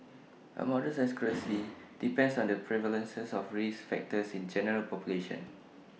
A model's accuracy depends on the prevalence of risk factors in the general population